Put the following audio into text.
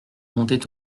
montaient